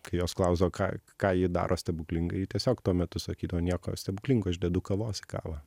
kai jos klausdavo ką ką ji daro stebuklingai ji tiesiog tuo metu sakydavo nieko stebuklingo aš dedu kavos į kavą